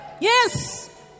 yes